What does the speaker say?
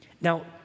Now